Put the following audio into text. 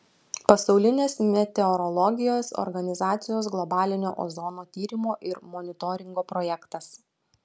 pasaulinės meteorologijos organizacijos globalinio ozono tyrimo ir monitoringo projektas